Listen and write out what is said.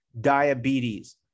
diabetes